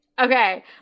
Okay